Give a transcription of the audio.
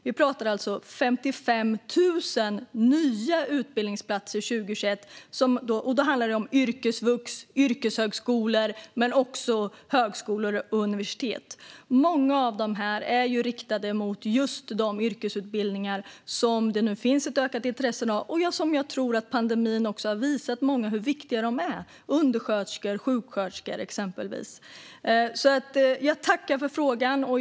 Vi talar om 55 000 nya utbildningsplatser 2021. Det handlar om platser på yrkesvux och yrkeshögskolor men även på högskolor och universitet. Många av dessa är inriktade mot de yrkesutbildningar där det finns ett ökat intresse. Jag tror att pandemin har visat många hur viktiga yrken som exempelvis undersköterska och sjuksköterska är. Jag tackar för frågan.